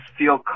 feel